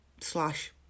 Slash